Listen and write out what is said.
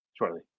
shortly